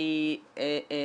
חווה, שהיא מגדלת